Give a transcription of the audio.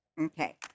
Okay